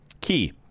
Key